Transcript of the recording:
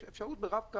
יש אפשרות ברב-קו,